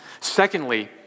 Secondly